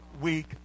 week